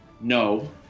no